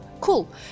cool